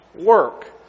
work